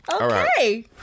Okay